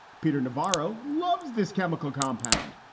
peter navarro loves this chemical compound.